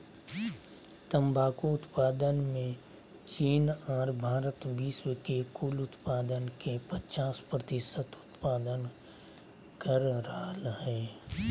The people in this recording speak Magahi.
तंबाकू उत्पादन मे चीन आर भारत विश्व के कुल उत्पादन के पचास प्रतिशत उत्पादन कर रहल हई